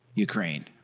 Ukraine